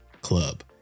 Club